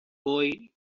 boy